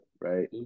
right